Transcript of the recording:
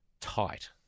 Tight